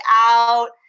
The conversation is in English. out